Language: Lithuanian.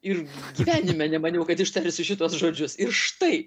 ir gyvenime nemaniau kad ištarsiu šituos žodžius ir štai